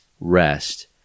rest